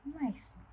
nice